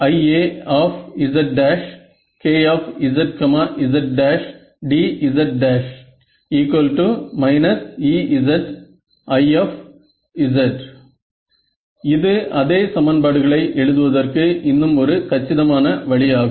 LA2LA2IAzKzzdz Ezi இது அதே சமன்பாடுகளை எழுதுவதற்கு இன்னும் ஒரு கச்சிதமான வழி ஆகும்